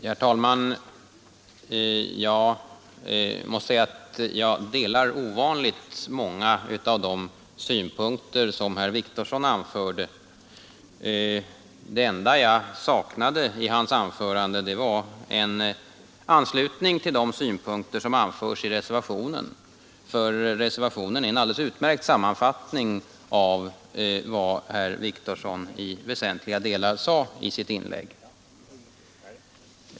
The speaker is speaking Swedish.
Herr talman! Jag delar ovanligt många av de synpunkter som herr Wictorsson anförde. Det enda jag saknade i hans anförande var en anslutning till de synpunkter som anförs i reservationen, för reservationen är en alldeles utmärkt sammanfattning av vad herr Wictorsson i väsentliga delar sade i sitt inlägg.